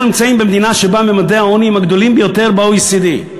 אנחנו נמצאים במדינה שבה ממדי העוני הם הגדולים ביותר במדינות ה-OECD,